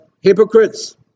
hypocrites